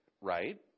right